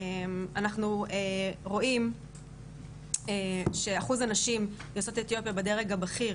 אנחנו רואים שאחוז הנשים יוצאות אתיופיה בדרג הבכיר